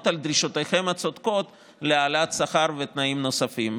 לדרישותיכם הצודקות להעלאת שכר ולתנאים נוספים,